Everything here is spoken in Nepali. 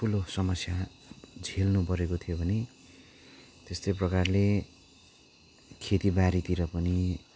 ठुलो समस्या झेल्नु परेको थियो भने त्यस्तै प्रकारले खेती बारीतिर पनि